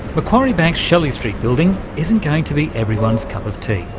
macquarie bank's shelley street building isn't going to be everyone's cup of tea,